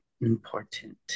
important